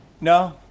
No